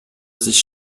sich